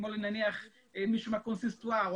כמו נניח מישהו מהקונסיסטואר,